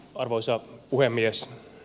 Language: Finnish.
arvoisa puhemies